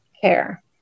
care